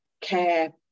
care